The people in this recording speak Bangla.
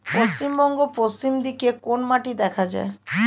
পশ্চিমবঙ্গ পশ্চিম দিকে কোন মাটি দেখা যায়?